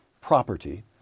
property